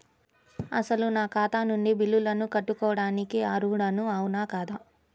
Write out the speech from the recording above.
అసలు నా ఖాతా నుండి బిల్లులను కట్టుకోవటానికి అర్హుడని అవునా కాదా?